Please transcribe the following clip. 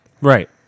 right